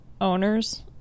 owners